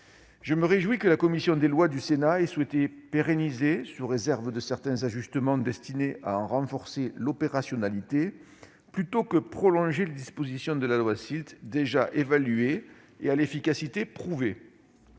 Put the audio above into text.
Je me réjouis que la commission des lois du Sénat ait souhaité pérenniser, sous réserve de certains ajustements destinés à en renforcer l'opérationnalité, plutôt que prolonger les dispositions de la loi SILT, déjà évaluées et à l'efficacité prouvée.